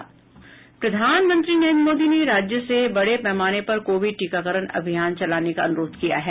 प्रधानमंत्री नरेंद्र मोदी ने राज्य से बड़े पैमाने पर कोविड टीकाकरण अभियान चलाने का अनुरोध किया है